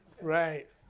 right